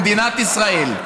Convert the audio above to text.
במדינת ישראל.